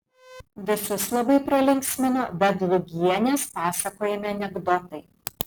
visus labai pralinksmino vedlugienės pasakojami anekdotai